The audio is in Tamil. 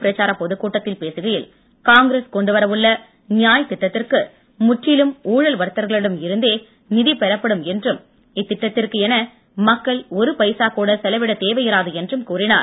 பிரச்சார பொதுக்கூட்டத்தில் பேசுகையில் காங்கிரஸ் கொண்டுவரவுள்ள நியாய் திட்டத்திற்கு முற்றிலும் ஊழல் வர்த்தகர்களிடம் இருந்தே நிதிப் பெறப்படும் என்றும் இத்திட்டத்திற்கென மக்கள் ஒரு பைசா கூட செலவிடத்தேவை இராது என்றும் கூறினார்